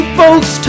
folks